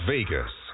Vegas